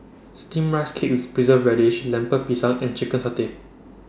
Steamed Rice Cake with Preserved Radish Lemper Pisang and Chicken Satay